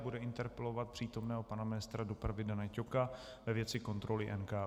Bude interpelovat přítomného pana ministra dopravy Dana Ťoka ve věci kontroly NKÚ.